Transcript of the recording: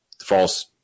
false